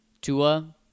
Tua